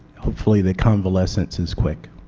the convalescence is quick.